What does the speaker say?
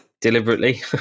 Deliberately